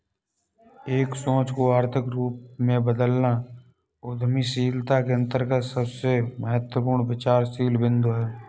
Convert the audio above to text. एक सोच को आर्थिक रूप में बदलना उद्यमशीलता के अंतर्गत सबसे महत्वपूर्ण विचारशील बिन्दु हैं